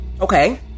Okay